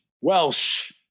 Welsh